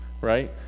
right